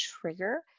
trigger